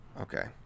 okay